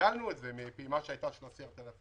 הגדלנו את זה מפעימה של 10,000